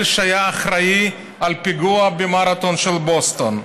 שהיה אחראי לפיגוע במרתון של בוסטון.